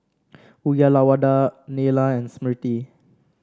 Uyyalawada Neila and Smriti